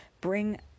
bring